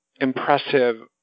impressive